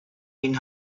been